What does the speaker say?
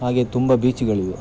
ಹಾಗೆ ತುಂಬ ಬೀಚ್ಗಳಿವೆ